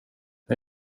jag